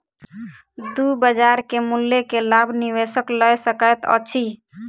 दू बजार के मूल्य के लाभ निवेशक लय सकैत अछि